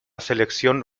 selección